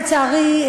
לצערי,